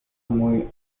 muy